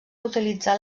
utilitzar